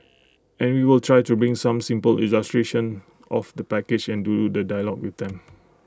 and we will try to bring some simple illustrations of the package and do the dialogue with them